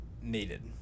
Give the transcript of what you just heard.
needed